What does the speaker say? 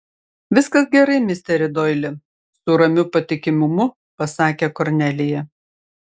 viskas gerai misteri doili su ramiu patikimumu pasakė kornelija